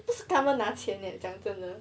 不是跟他们拿钱 leh 讲真的